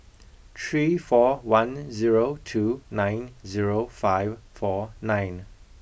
three four one zero two nine zero five four nine